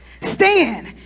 stand